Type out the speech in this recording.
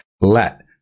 Let